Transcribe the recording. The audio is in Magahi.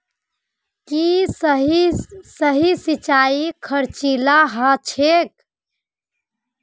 की सतही सिंचाई खर्चीला ह छेक